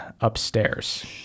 upstairs